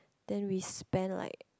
then we spent like